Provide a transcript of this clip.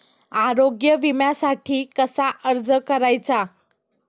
आरोग्य विम्यासाठी कसा अर्ज करायचा?